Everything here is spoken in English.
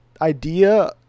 idea